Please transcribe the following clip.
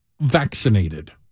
vaccinated